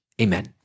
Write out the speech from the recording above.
Amen